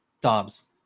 Dobbs